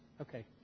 Okay